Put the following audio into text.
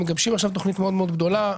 מגבשים עכשיו תוכנית מאוד מאוד גדולה.